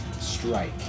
strike